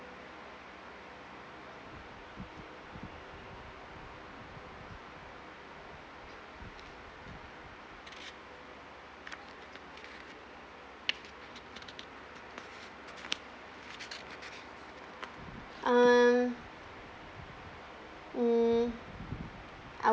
uh mm I